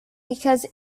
because